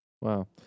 Wow